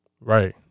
Right